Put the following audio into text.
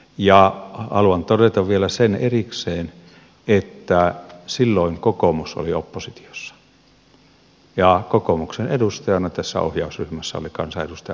ja haluan todeta vielä sen erikseen että silloin kokoomus oli oppositiossa ja kokoomuksen edustajana tässä ohjausryhmässä oli kansanedustaja maija perho